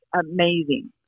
amazing